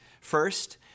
First